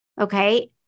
okay